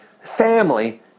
family